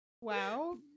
Wow